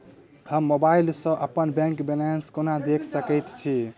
हम मोबाइल सा अपने बैंक बैलेंस केना देख सकैत छी?